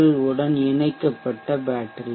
L உடன் இணைக்கப்பட்ட battery